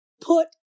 put